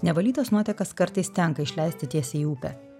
nevalytas nuotekas kartais tenka išleisti tiesiai į upę